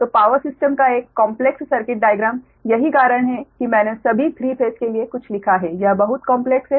तो power system का एक कॉम्प्लेक्स सर्किट डाइग्राम यही कारण है कि मैंने सभी 3 फेस के लिए कुछ लिखा है यह बहुत कॉम्प्लेक्स है